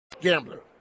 Gambler